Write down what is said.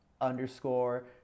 underscore